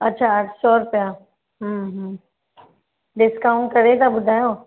अच्छा अठ सौ रुपिया डिस्काउंट करे था ॿुधायो